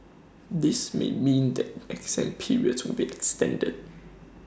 this may mean that exam periods will be extended